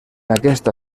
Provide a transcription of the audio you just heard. aquesta